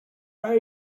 are